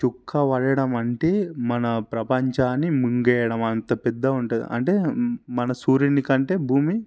చుక్క పడడం అంటే మన ప్రపంచాన్ని మింగేయడం అంత పెద్దగా ఉంటుంది అంటే మన సూర్యుడి కంటే భూమి